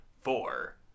Four